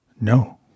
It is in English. No